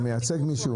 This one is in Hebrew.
יחד עם זאת,